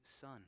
son